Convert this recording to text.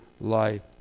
life